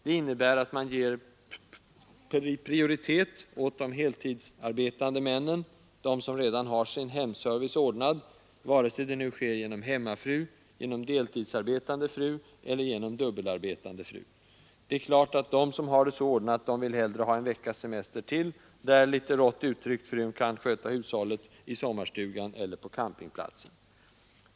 Det innebär att man ger prioritet åt de heltidsarbetande männen, som redan har sin hemservice ordnad, vare sig det nu sker genom hemmafru, deltidsarbetande fru eller dubbelarbetande fru. Det är klart att de, som har det så ordnat, hellre vill ha en veckas semester till, då — litet rått uttryckt — frun kan sköta hushållet i sommarstugan eller på campingplatsen.